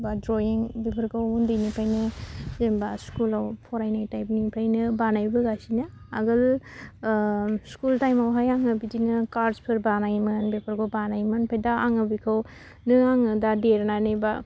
बा द्रइं बेफोरखौ उन्दैनिफ्रायनो जेनेबा स्कुलाव फरायनाय थाइमनिफ्रायनो बानायबोगासिनो आगोल स्कुल थाइमावहाय आङो बिदिनो गार्सफोर बानायोमोन बेफोरखौ बानायोमोन ओमफाय दा आङो बिखौनो आङो दा देरनानै बा